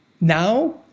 now